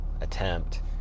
attempt